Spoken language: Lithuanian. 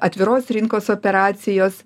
atviros rinkos operacijos